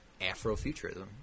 Afrofuturism